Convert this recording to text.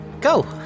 Go